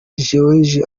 george